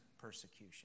persecution